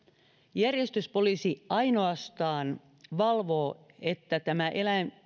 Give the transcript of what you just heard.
järjestyspoliisi ainoastaan valvoo että tämä